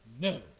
No